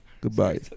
Goodbye